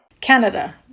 Canada